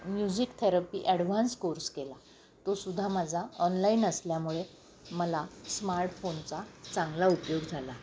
music therapy advance course केला तो सुद्धा माझा ऑनलाईन असल्यामुळे मला स्मार्टफोनचा चांगला उपयोग झाला